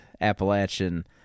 Appalachian